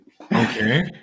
Okay